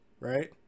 right